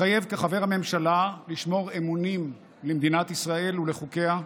מתחייב כחבר הממשלה לשמור אמונים למדינת ישראל ולחוקיה,